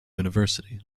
university